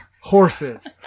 Horses